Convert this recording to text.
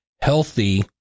healthy